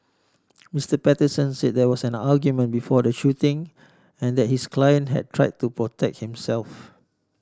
Mister Patterson say there was an argument before the shooting and that his client had try to protect himself